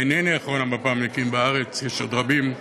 אינני אחרון המפ"מניקים בארץ, יש עוד רבים.